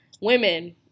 women